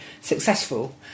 successful